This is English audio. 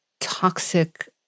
toxic